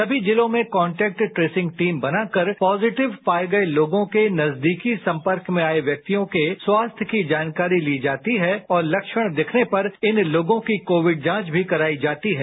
सभी जिलों में कॉन्टेक्ट ट्रेसिंग टीम बनाकर पॉजिटिव पाए गए लोगों के नजदीकी संपर्क में आए व्यक्तियों के स्वास्थ्य की जानकारी ली जाती है और लक्षण दिखने पर इन लोगों की कोविड जांच भी कराई जाती है